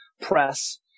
press